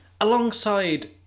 alongside